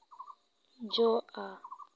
ᱡᱚᱜᱼᱟ